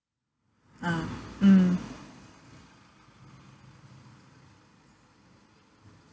ah mm